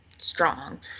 strong